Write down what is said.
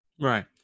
Right